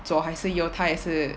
左还是右它也是